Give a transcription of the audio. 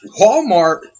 Walmart